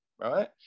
right